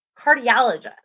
cardiologist